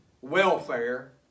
welfare